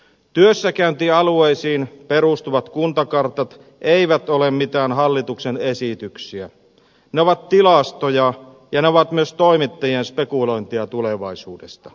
työssäkäyntialueisiin perustuvat kuntakartat eivät ole mitään hallituksen esityksiä ne ovat tilastoja ja ne ovat myös toimittajien spekulointia tulevaisuudesta